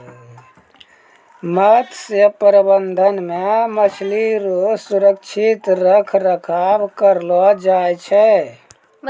मत्स्य प्रबंधन मे मछली रो सुरक्षित रख रखाव करलो जाय छै